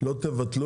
אלא אם כן,